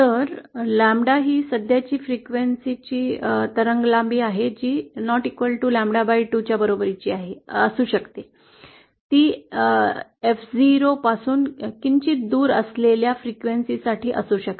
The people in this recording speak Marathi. तर लॅम्ब्डा ही सध्याच्या फ्रिक्वेन्सीची तरंग लांबी आहे जी लॅम्ब्डा not 0 च्या बरोबरीची असू शकते ती एफ ० पासून किंचित दूर असलेल्या फ्रिक्वेन्सीसाठी असू शकते